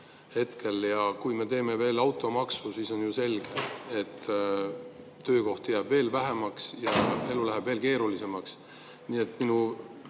kui me teeme veel automaksu, siis on selge, et töökohti jääb veel vähemaks ja elu läheb veel keerulisemaks. Nii et minu